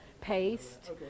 paste